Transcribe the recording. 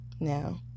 Now